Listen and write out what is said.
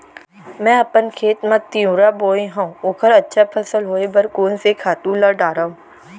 मैं अपन खेत मा तिंवरा बोये हव ओखर अच्छा फसल होये बर कोन से खातू ला डारव?